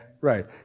Right